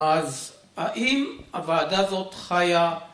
‫אז האם הוועדה הזאת חיה...